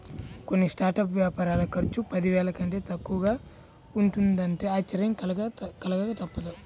కొన్ని స్టార్టప్ వ్యాపారాల ఖర్చు పదివేల కంటే తక్కువగా ఉంటున్నదంటే ఆశ్చర్యం కలగక తప్పదు